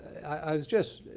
i was just,